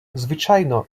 звичайно